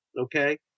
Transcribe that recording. Okay